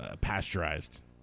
pasteurized